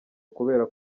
kubera